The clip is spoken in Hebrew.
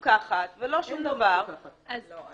מפוקחת ולא שום דבר -- אין לא מפוקחת.